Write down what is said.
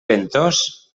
ventós